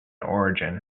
origin